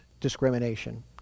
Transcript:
Discrimination